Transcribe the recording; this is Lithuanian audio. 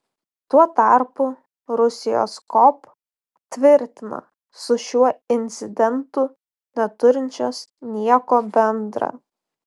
tuo tarpu rusijos kop tvirtina su šiuo incidentu neturinčios nieko bendra